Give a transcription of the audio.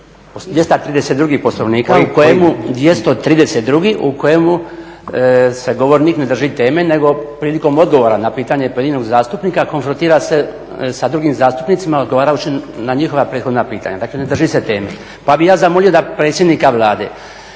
232. Poslovnika u kojemu se govornik ne drži teme nego prilikom odgovora na pitanje pojedinog zastupnika konfrontira se sa drugim zastupnicima odgovarajući na njihova prethodna pitanja, dakle ne drži se teme. Pa bih ja zamolio da predsjednika Vlade